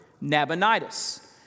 Nabonidus